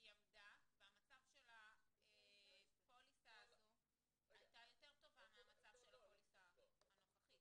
היא עמדה והמצב של הפוליסה הזו היה יותר טוב מהמצב של הפוליסה הנוכחית.